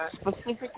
Specifically